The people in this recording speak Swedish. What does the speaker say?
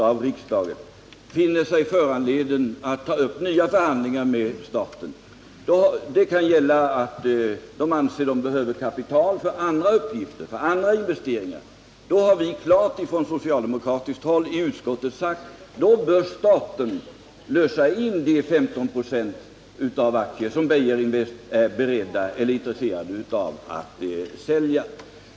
Herr talman! Om det skulle vara på det sättet att Beijerinvest genom ett beslut i dag av riksdagen finner sig nödsakat att ta upp nya förhandlingar med staten — företaget kan anse sig behöva kapital för andra investeringar — har vi på socialdemokratiskt håll redan i utskottet klart sagt att staten bör lösa in de 15 96 av aktierna som Beijerinvest har intresse av att sälja.